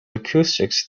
acoustics